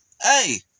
hey